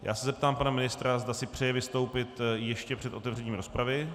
Já se zeptám pana ministra, zda si přeje vystoupit ještě před otevřením rozpravy.